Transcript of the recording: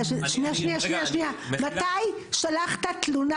מתי שלחת תלונה?